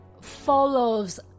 follows